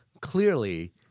clearly